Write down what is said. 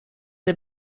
der